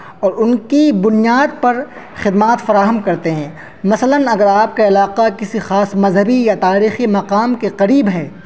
اور ان کی بنیاد پر خدمات فراہم کرتے ہیں مثلاً اگر آپ کا علاقہ کسی خاص مذہبی یا تاریخی مقام کے قریب ہے